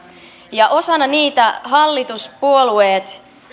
osana niitä hallituspuolueet